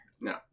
No